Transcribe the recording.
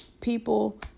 People